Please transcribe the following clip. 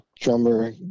drummer